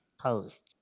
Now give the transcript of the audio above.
post